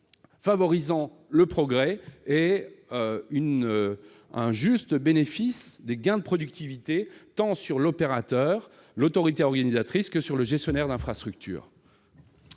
garantir un juste bénéfice des gains de productivité, tant pour l'opérateur et l'autorité organisatrice que pour le gestionnaire d'infrastructure.